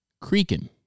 Creaking